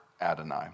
Adonai